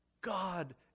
God